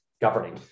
Governing